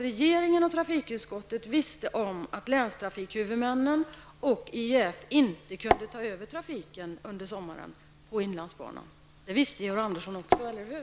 Regeringen och trafikutskottet visste om att länstrafikhuvudmännen och IEF inte kunde ta över trafiken på inlandsbanan över sommaren. Det visste Georg Andersson också, eller hur?